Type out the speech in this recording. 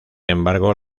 embargo